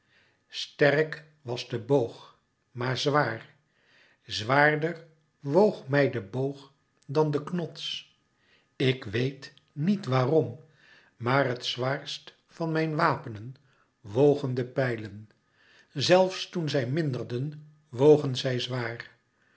sterk was de boog maar zwaar zwaarder woog mij de boog dan de knots ik wéet niet waarom maar het zwaarst van mijn wapenen wogen de pijlen zelfs toen zij minderden wogen zij zwaar